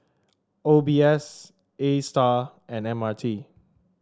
O B S Astar and M R T